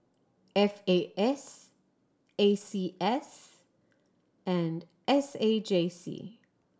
F A S A C S and S A J C